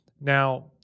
Now